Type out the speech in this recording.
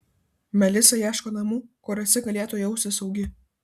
melisa ieško namų kuriuose galėtų jaustis saugi